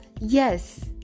yes